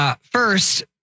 First